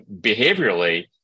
behaviorally